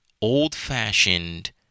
old-fashioned